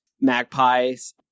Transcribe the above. Magpies